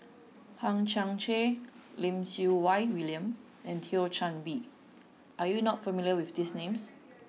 Hang Chang Chieh Lim Siew Wai William and Thio Chan Bee are you not familiar with these names